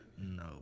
No